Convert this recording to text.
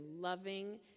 loving